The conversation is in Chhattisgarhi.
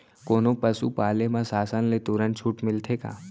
कोनो पसु पाले म शासन ले तुरंत छूट मिलथे का?